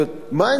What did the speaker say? מה האינסנטיב?